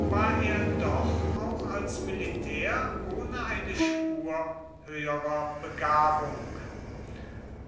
war er doch auch als militär ohne eine spur höherer begabung